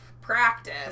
practice